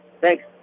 thanks